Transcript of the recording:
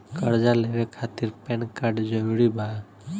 कर्जा लेवे खातिर पैन कार्ड जरूरी बा?